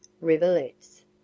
rivulets